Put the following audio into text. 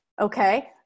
Okay